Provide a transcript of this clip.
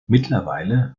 mittlerweile